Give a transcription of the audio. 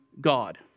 God